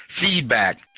feedback